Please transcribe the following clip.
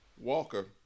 Walker